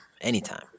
anytime